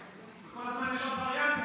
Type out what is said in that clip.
כל הזמן יש עוד וריאנטים.